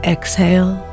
Exhale